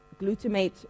glutamate